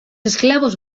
esclavos